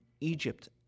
Egypt